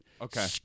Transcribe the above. Okay